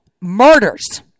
murders